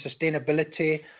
sustainability